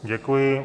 Děkuji.